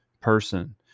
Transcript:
person